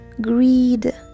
greed